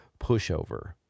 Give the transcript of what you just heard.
pushover